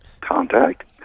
contact